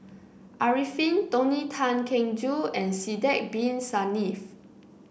Arifin Tony Tan Keng Joo and Sidek Bin Saniff